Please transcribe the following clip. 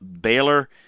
Baylor